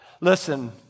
Listen